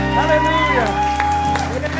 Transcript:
Hallelujah